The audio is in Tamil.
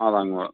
அதாங்க மேடம்